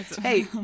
Hey